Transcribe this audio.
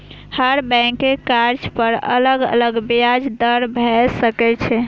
हर बैंकक कर्ज पर अलग अलग ब्याज दर भए सकै छै